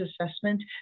assessment